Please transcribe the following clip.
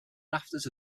rafters